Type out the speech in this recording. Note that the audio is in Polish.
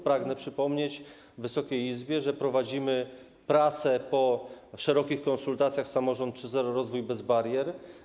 Pragnę przypomnieć Wysokiej Izbie, że prowadzimy prace po szerokich konsultacjach projektu ˝Samorząd 3.0 - rozwój bez barier˝